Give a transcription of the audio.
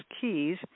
keys